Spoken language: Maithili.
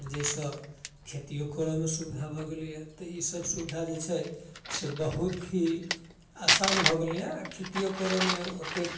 जाहिसँ खेतिओ करऽमे सुविधा भऽ गेलैए तऽ ईसब सुविधा जे छै से बहुत ही आसान भऽ गेलैए खेतिओ करऽमे ओतेक